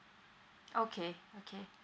okay okay